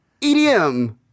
EDM